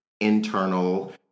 internal